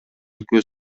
көз